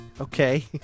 Okay